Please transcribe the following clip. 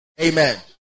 Amen